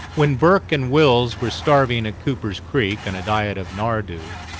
when burke and wills were starving at cooper's creek on a diet of nardoo,